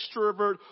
extrovert